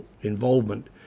involvement